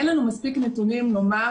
אין לנו מספיק נתונים לומר,